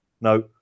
No